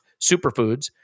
superfoods